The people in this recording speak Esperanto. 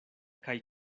kaj